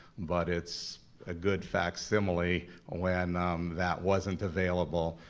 but it's a good facsimile when that wasn't available,